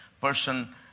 person